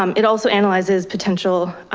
um it also analyzes potential